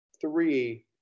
three